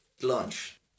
lunch